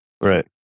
Right